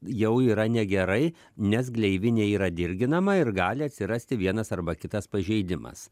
jau yra negerai nes gleivinė yra dirginama ir gali atsirasti vienas arba kitas pažeidimas